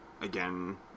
Again